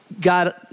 God